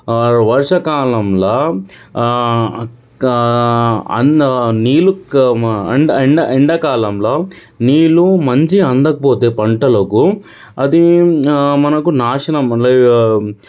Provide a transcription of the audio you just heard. ఆ వర్షాకాలంలో అండ్ ఎండా ఎండా ఎండాకాలంలో నీళ్లు మంచి అందకపోతే పంటలకు అది మనకు నాశనం